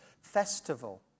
festival